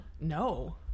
No